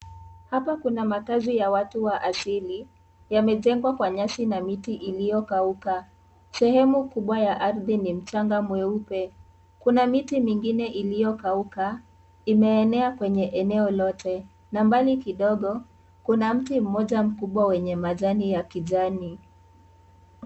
Hapa kuna makazi ya watu wa asili, yamejengwa kwa nyasi na miti iliyokauka. Sehemu kubwa ya ardhi ni mchanga mweupe. Kuna miti mingine iliyokauka imeenea kwenye eneo lote na mbali kidogo kuna mti mmoja mkubwa wenye majani ya kijani.